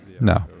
no